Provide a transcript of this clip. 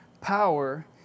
power